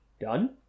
done